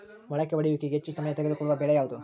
ಮೊಳಕೆ ಒಡೆಯುವಿಕೆಗೆ ಹೆಚ್ಚು ಸಮಯ ತೆಗೆದುಕೊಳ್ಳುವ ಬೆಳೆ ಯಾವುದು?